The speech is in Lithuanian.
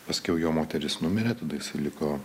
paskiau jo moteris numirė tada liko